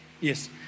Yes